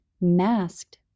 masked